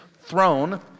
throne